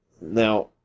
Now